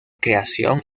creación